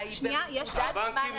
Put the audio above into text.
יש